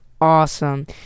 awesome